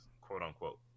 quote-unquote